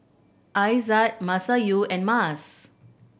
Aizat Masayu and Mas